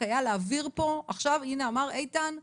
היו רק כדי להעביר פה: איתן אמר,